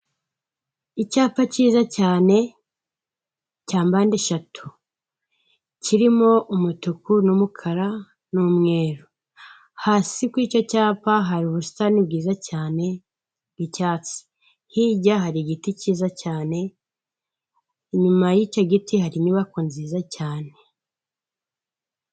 Icyapa cyiza cyane, cya mpandeshatu, kirimo umutuku, n'umukara, n'umweru, hasi kuri icyo cyapa hari ubusitani bwiza cyane bw'icyatsi, hirya hari igiti cyiza cyane, inyuma y'icyo giti hari inyubako nziza cyane.